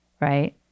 right